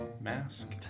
mask